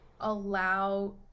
allow